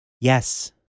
Yes